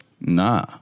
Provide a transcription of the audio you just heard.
Nah